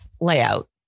layout